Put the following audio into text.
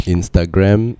Instagram